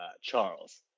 Charles